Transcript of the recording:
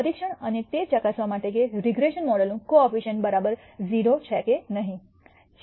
પરીક્ષણ અને તે ચકાસવા માટે કે રીગ્રેસન મોડેલનું કોઅફિશન્ટ 0 છે કે નહીં